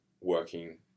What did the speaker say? working